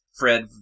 Fred